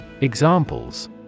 Examples